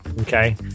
Okay